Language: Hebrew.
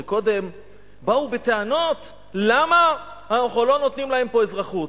שקודם באו בטענות למה אנחנו לא נותנים להם פה אזרחות.